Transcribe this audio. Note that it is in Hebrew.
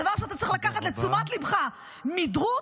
הדבר שאתה צריך לקחת לתשומת ליבך -- תודה רבה.